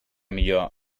millor